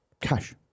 cash